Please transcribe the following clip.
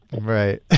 Right